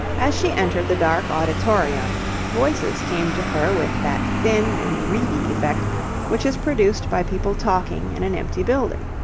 as she entered the dark auditorium, voices came to her with that thin and reedy effect which is produced by people talking in an empty building.